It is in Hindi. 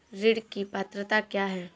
ऋण की पात्रता क्या है?